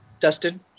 Dustin